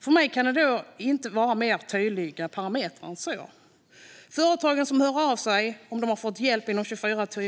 För mig kan det inte vara mer tydliga parametrar än så. Man kan fråga företagen som hör av sig om de har fått hjälp inom 24 timmar.